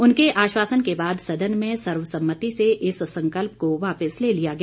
उनके आश्वासन के बाद सदन में सर्वसम्मति से इस संकल्प को वापस ले लिया गया